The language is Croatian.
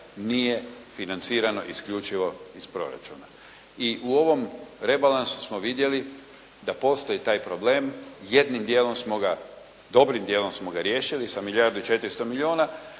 nije financirano isključivo iz proračuna. I u ovom rebalansu smo vidjeli da postoji taj problem. Jednim dijelom smo ga, dobrim dijelom smo ga riješili sa milijardu i 400 milijuna,